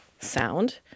sound